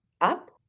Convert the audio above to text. up